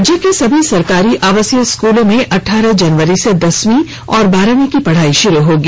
राज्य के सभी सरकारी आवासीय स्कूलों में अठारह जनवरी से दसवीं और बारहवीं की पढ़ाई शुरू होगी